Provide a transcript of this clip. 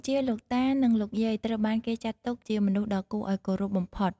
នៅកម្ពុជា លោកតា និងលោកយាយ ត្រូវបានគេចាត់ទុកជាមនុស្សដ៏គួរឱ្យគោរពបំផុត។